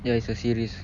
ya it's a series